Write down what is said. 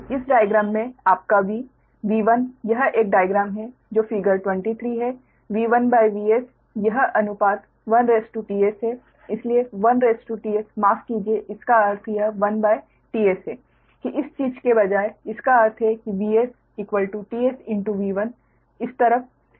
अब इस डाइग्राम में आपका V V1 यह एक डाइग्राम है जो फिगर 23 है V1Vs यह अनुपात 1 ts है इसलिए 1 ts माफ कीजिये इसका अर्थ यह 1ts है कि इस चीज़ के बजाय इसका अर्थ है कि V s t sV 1 इस तरफ